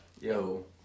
yo